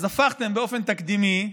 אז הפכתם באופן תקדימי,